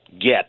get